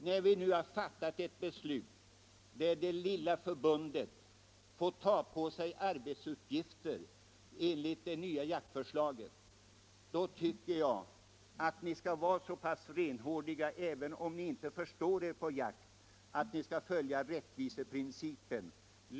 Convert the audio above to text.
När vi nu har fattat ett beslut där det lilla förbundet får ta på sig arbetsuppgifter enligt det nya jaktvårdsförslaget, så tycker jag att ni skall vara så pass renhåriga, även om ni inte förstår er på jakt, att ni skall följa rättviseprincipen.